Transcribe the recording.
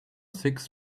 six